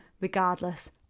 regardless